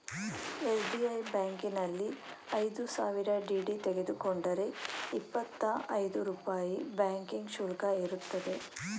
SBI ಬ್ಯಾಂಕಿನಲ್ಲಿ ಐದು ಸಾವಿರ ಡಿ.ಡಿ ತೆಗೆದುಕೊಂಡರೆ ಇಪ್ಪತ್ತಾ ಐದು ರೂಪಾಯಿ ಬ್ಯಾಂಕಿಂಗ್ ಶುಲ್ಕ ಇರುತ್ತದೆ